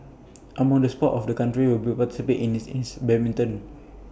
among the sports of the country will participate in is badminton